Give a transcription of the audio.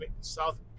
south